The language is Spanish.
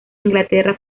inglaterra